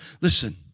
Listen